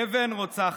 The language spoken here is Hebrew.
אבן רוצחת: